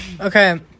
Okay